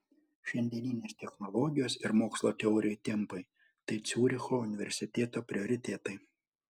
šiandieninės technologijos ir mokslo teorijų tempai tai ciuricho universiteto prioritetai